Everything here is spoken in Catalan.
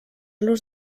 los